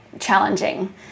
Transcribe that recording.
challenging